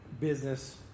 business